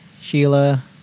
Sheila